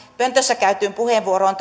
pöntössä käytettyyn puheenvuoroon